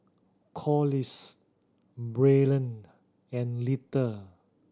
Collis Braylen and Littie